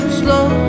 slow